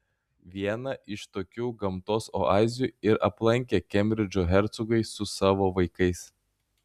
vieną iš tokių gamtos oazių ir aplankė kembridžo hercogai su savo vaikais